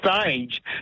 stage